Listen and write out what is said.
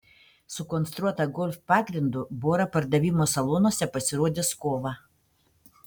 sukonstruota golf pagrindu bora pardavimo salonuose pasirodys kovą